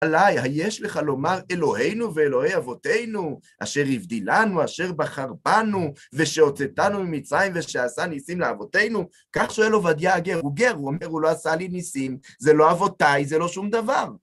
היש לך לומר אלוהינו ואלוהי אבותינו, אשר הבדילנו, אשר בחר בנו, ושהוציאתנו ממצרים ושעשה ניסים לאבותינו? כך שואל עובדיה הגר, הוא גר, הוא אומר, הוא לא עשה לי ניסים, זה לא אבותיי, זה לא שום דבר.